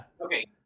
Okay